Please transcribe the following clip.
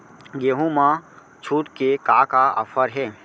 गेहूँ मा छूट के का का ऑफ़र हे?